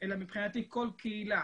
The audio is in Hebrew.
אלא מבחינתי כל קהילה